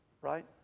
right